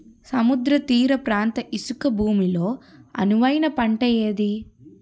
సముద్ర తీర ప్రాంత ఇసుక భూమి లో అనువైన పంట ఏది?